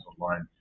online